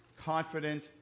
confident